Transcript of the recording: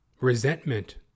resentment